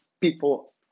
people